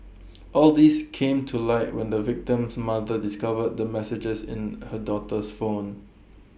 all these came to light when the victim's mother discovered the messages in her daughter's phone